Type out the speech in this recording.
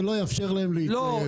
ולא מאפשר להם להתנייד.